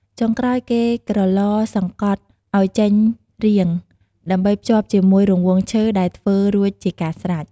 ចុងក្រោយគេក្រឡ សង្កតឲ្យចេញរាង ដើម្បីភ្ជាប់ជាមួយរង្វង់ឈើដែលធ្វើរួចជាការស្រេច។